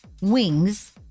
wings